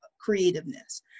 creativeness